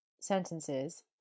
sentences